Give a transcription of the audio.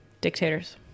dictators